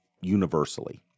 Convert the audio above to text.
universally